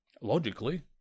logically